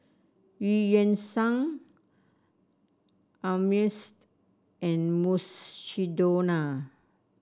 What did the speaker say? Eu Yan Sang Ameltz and Mukshidonna